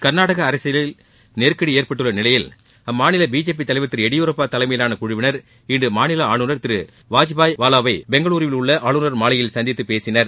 கர்நாடக அரசியலில் நெருக்கடி ஏற்பட்டுள்ள நிலையில் அம்மாநில பிஜேபி தலைவர் திரு ளடியூரப்பா தலைமையிலான குழுவினர் இன்று மாநில ஆளுநர் திரு திரு வாஜ்பாய் வாலாவை பெங்களுருவில் உள்ள ஆளுநர் மாளிகையில் சந்தித்து பேசினர்